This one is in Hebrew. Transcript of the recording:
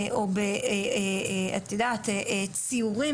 או בציורים,